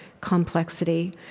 complexity